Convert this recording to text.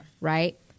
Right